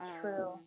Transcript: True